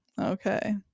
okay